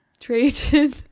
Trajan